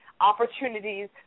opportunities